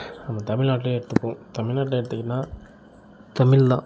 நம்ம தமிழ்நாட்டிலே எடுத்துப்போம் தமிழ்நாட்டில எடுத்திங்கன்னால் தமிழ் தான்